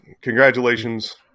Congratulations